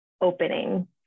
opening